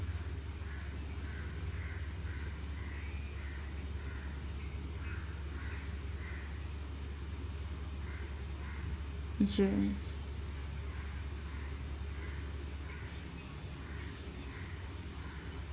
insurance